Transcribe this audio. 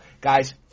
Guys